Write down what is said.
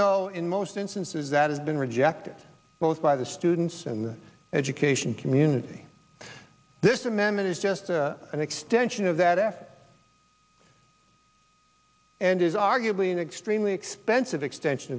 though in most instances that has been rejected both by the students and the education community this amendment is just an extension of that effort and is arguably an extremely expensive extension